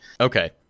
Okay